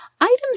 Items